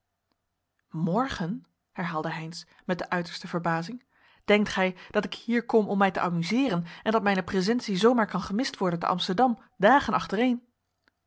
morgen herhaalde heynsz met de uiterste verbazing denkt gij dat ik hier kom om mij te amuseeren en dat mijne praesentie zoo maar kan gemist worden te amsterdam dagen achtereen